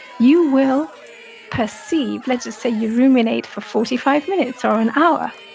you will perceive, let's just say, you ruminate for forty five minutes or an hour.